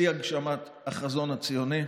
שיא הגשמת החזון הציוני.